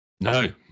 No